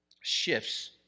shifts